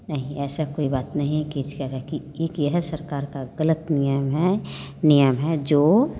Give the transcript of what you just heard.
नहीं ऐसा कोई बात नहीं है कि इस तरह की एक यह सरकार का गलत नियम है नियम है जो